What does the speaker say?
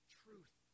truth